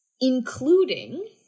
including